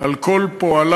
על כל פועלה.